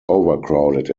overcrowded